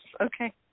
okay